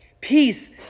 peace